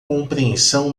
compreensão